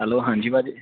hello ਹਾਂਜੀ ਭਾਅ ਜੀ